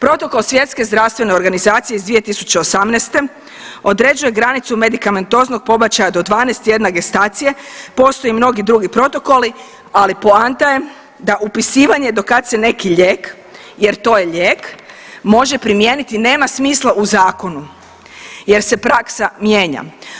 Protokol Svjetske zdravstvene organizacije iz 2018. određuje granicu medikamentoznog pobačaja do 12 tjedna gestacije, postoje i mnogi drugi protokoli, ali poanta je da upisivanje do kad se neki lijek, jer to je lijek, može primijeniti nema smisla u zakonu jer se praksa mijenja.